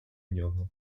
нього